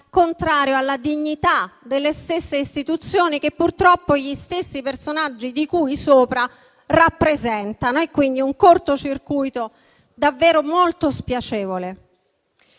alla dignità delle stesse istituzioni che purtroppo gli stessi personaggi di cui sopra rappresentano e quindi è un corto circuito davvero molto spiacevole.